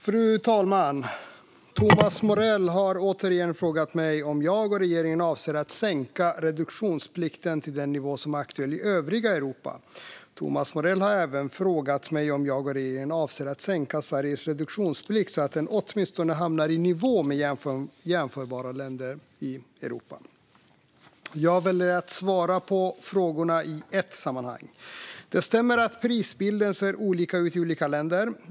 Fru talman! har återigen frågat mig om jag och regeringen avser att sänka reduktionsplikten till den nivå som är aktuell i övriga Europa. Thomas Morell har även frågat mig om jag och regeringen avser att sänka Sveriges reduktionsplikt så att den åtminstone hamnar i nivå med jämförbara länder i Europa. Jag väljer att svara på frågorna i ett sammanhang. Det stämmer att prisbilden ser olika ut i olika länder.